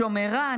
משומרה,